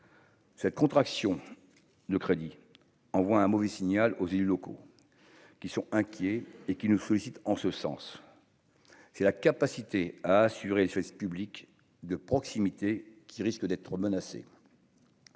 Cette contraction de crédit envoie un mauvais signal aux élus locaux qui sont inquiets et qui nous sollicitent en ce sens, c'est la capacité à assurer le service public de proximité qui risque d'être menacée.